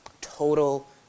Total